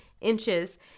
inches